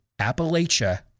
Appalachia